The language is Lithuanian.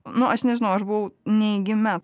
nu aš nežinau aš buvau neigime